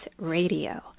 Radio